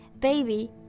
Baby